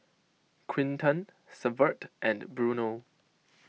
Quinton Severt and Bruno